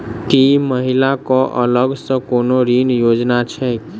की महिला कऽ अलग सँ कोनो ऋण योजना छैक?